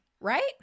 right